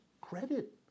credit